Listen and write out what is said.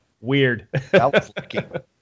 weird